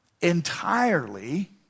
entirely